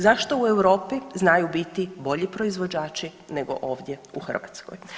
Zašto u Europi znaju biti bolji proizvođači nego ovdje u Hrvatskoj?